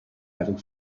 having